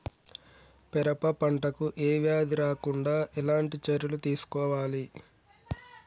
పెరప పంట కు ఏ వ్యాధి రాకుండా ఎలాంటి చర్యలు తీసుకోవాలి?